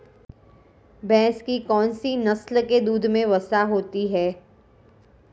भैंस की कौनसी नस्ल के दूध में वसा अधिक होती है?